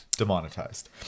demonetized